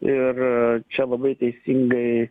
ir čia labai teisingai